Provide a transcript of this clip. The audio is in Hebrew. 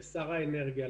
לשר האנרגיה,